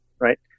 right